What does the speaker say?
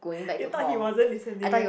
you thought he wasn't listening right